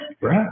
Right